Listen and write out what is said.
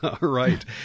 right